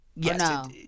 Yes